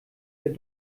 der